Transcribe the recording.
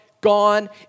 gone